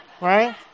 Right